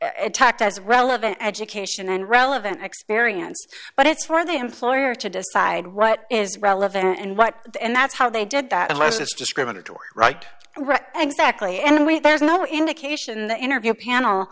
attacked as relevant education and relevant experience but it's for the employer to decide what is relevant and what and that's how they did that unless it's discriminatory right exactly and we there's no indication the interview panel